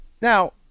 now